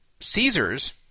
Caesars